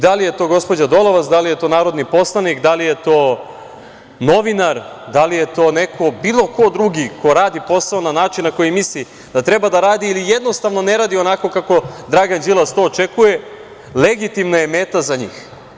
Da li je to gospođa Dolovac, da li je to narodni poslanik, da li je to novinar, da li je to neko bilo ko drugi ko radi posao na način na koji misli da treba da radi ili, jednostavno, ne radi onako kako Dragan Đilas to očekuje, legitimna je meta za njih.